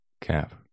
Cap